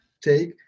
take